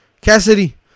Cassidy